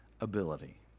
ability